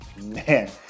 man